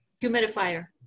Humidifier